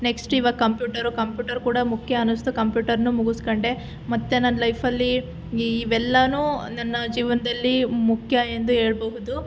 next ಇವಾಗ computer computer ಕೂಡ ಮುಖ್ಯ ಅನ್ನಿಸ್ತು ಕಂಪ್ಯೂಟರ್ನು ಮುಗಿಸ್ಕೊಂಡೆ ಮತ್ತೆ ನನ್ನ ಲೈಫಲ್ಲಿ ಇವೆಲ್ಲನೂ ನನ್ನ ಜೀವನದಲ್ಲಿ ಮುಖ್ಯ ಎಂದು ಹೇಳ್ಬೋದು